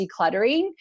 decluttering